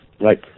Right